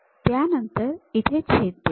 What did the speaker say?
तर आपण इथे छेद देऊ